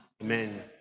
Amen